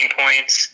points